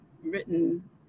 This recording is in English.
written